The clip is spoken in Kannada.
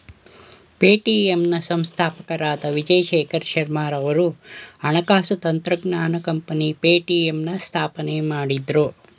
ಪೇಟಿಎಂ ನ ಸಂಸ್ಥಾಪಕರಾದ ವಿಜಯ್ ಶೇಖರ್ ಶರ್ಮಾರವರು ಹಣಕಾಸು ತಂತ್ರಜ್ಞಾನ ಕಂಪನಿ ಪೇಟಿಎಂನ ಸ್ಥಾಪನೆ ಮಾಡಿದ್ರು